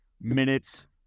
minutes